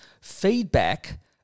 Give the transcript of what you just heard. feedback